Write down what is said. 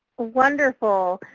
wonderful,